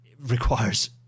requires